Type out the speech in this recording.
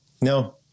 No